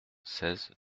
seize